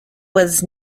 was